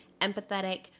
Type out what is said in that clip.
empathetic